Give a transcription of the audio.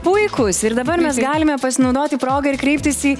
puikūs ir dabar mes galime pasinaudoti proga ir kreiptis į